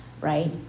right